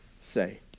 say